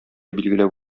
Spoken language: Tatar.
билгеләп